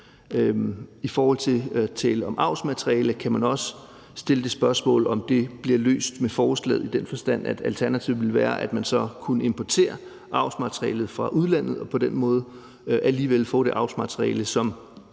I forhold til at tale om avlsmateriale kan man også stille det spørgsmål, om det bliver løst med forslaget, i den forstand at alternativet ville være, at man så kunne importere avlsmaterialet fra udlandet og på den måde alligevel få det avlsmateriale, hvor